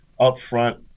upfront